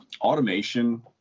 automation